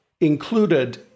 included